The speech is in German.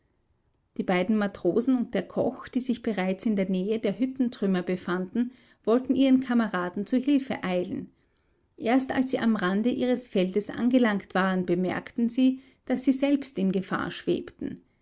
die beiden matrosen und der koch die sich bereits in der nähe der hüttentrümmer befanden wollten ihren kameraden zu hilfe eilen erst als sie am rande ihres feldes angelangt waren bemerkten sie daß sie selbst in gefahr schwebten